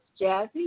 Jazzy